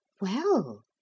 Well